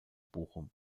bochum